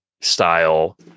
style